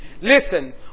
Listen